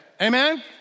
Amen